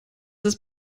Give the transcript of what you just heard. ist